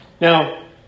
Now